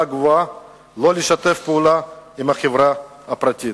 גבוהה שלא לשתף פעולה עם החברה הפרטית.